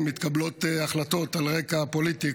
מתקבלות החלטות על רקע פוליטי,